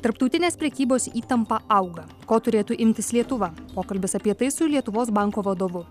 tarptautinės prekybos įtampa auga ko turėtų imtis lietuva pokalbis apie tai su lietuvos banko vadovu